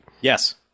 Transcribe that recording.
yes